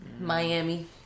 Miami